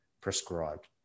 prescribed